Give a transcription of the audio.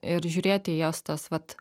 ir žiūrėti į jos tas vat